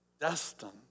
Destined